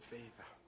Favor